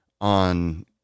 on